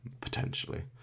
potentially